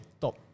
top